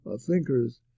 thinkers